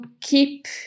keep